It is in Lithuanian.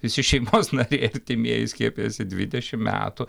visi šeimos nariai artimieji skiepijasi dvidešimt metų